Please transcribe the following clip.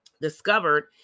discovered